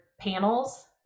panels